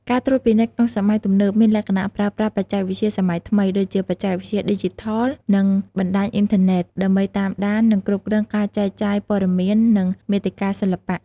ការត្រួតពិនិត្យក្នុងសម័យទំនើប មានលក្ខណៈប្រើប្រាស់បច្ចេកវិទ្យាសម័យថ្មី ដូចជា បច្ចេកវិទ្យាឌីជីថល និងបណ្ដាញអ៊ីនធឺណេត ដើម្បីតាមដាន និងគ្រប់គ្រងការចែកចាយព័ត៌មាន និងមាតិកាសិល្បៈ។